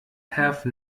have